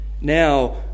Now